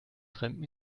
fremden